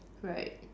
right